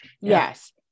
Yes